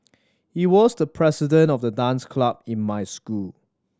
he was the president of the dance club in my school